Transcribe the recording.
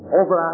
over